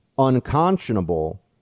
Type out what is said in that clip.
unconscionable